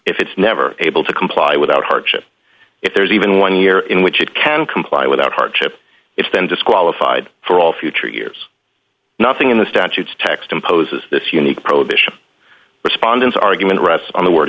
if it's never able to comply without hardship if there is even one year in which it can comply without hardship it's been disqualified for all future years nothing in the statutes text imposes this unique prohibition respondants argument rests on the word